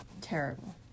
terrible